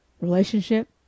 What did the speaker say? relationship